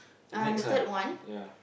the next one ya